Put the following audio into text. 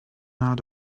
out